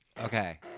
Okay